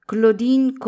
Claudine